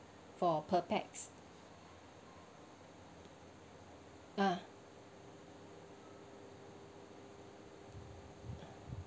for per pax ah